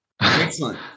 Excellent